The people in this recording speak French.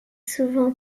souvent